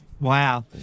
Wow